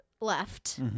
left